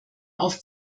auf